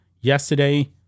yesterday